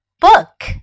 Book